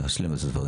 להשלים את הדברים.